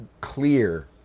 clear